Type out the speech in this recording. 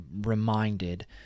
reminded